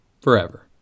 forever